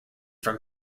from